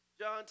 John